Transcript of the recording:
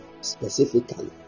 specifically